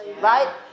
Right